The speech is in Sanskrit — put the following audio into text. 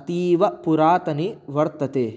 अतीवपुरातनी वर्तते